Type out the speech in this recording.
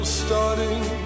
starting